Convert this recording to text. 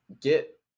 get